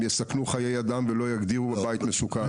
הם יסכנו חיי אדם ולא יגדירו את הבית כבית מסוכן.